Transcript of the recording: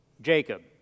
Jacob